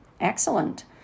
excellent